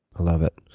ah love it.